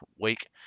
week